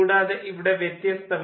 കൂടാതെ ഇവിടെ വ്യത്യസ്തമായി